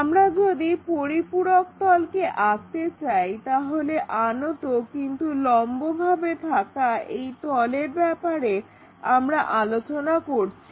আমরা যদি পরিপূরক তলকে আঁকতে চাই তাহলে আনত কিন্তু লম্বভাবে থাকা এই তলের ব্যাপারে আমরা আলোচনা করছি